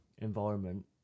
Environment